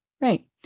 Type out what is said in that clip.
Right